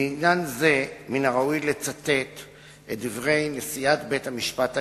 לעניין זה מן הראוי לצטט את דברי נשיאת בית-המשפט העליון: